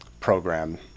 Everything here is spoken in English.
program